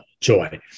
joy